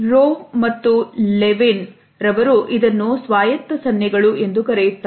rho ಮತ್ತು Leven ರವರು ಇದನ್ನು ಸ್ವಾಯತ್ತ ಸನ್ನೆಗಳು ಎಂದು ಕರೆಯುತ್ತಾರೆ